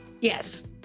Yes